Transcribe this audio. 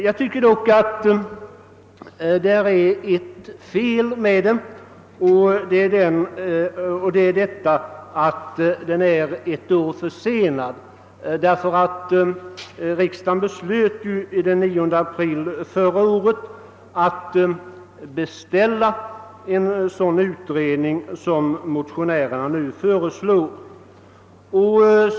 Jag tycker dock att det är ett fel med den, nämligen att den har väckts ett år för sent. Riksdagen beslöt nämligen den 9 april förra året att beställa en sådan utredning som motionärerna nu föreslår.